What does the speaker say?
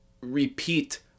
repeat